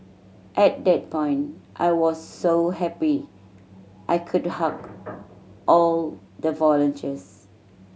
at that point I was so happy I could hug all the volunteers